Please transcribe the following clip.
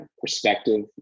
perspective